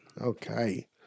Okay